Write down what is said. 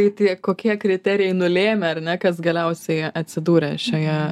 tai tai kokie kriterijai nulėmė ar ne kas galiausiai atsidūrė šioje